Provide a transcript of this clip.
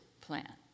plan